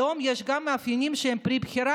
ללאום יש גם מאפיינים שהם פרי בחירה,